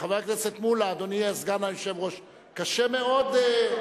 חבר הכנסת מולה, אדוני סגן היושב-ראש, קשה מאוד.